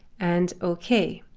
and ok.